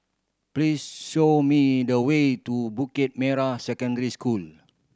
please show me the way to Bukit Merah Secondary School